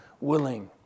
willing